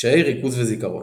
קשיי ריכוז וזיכרון.